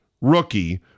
Rookie